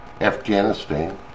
Afghanistan